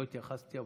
לא התייחסתי,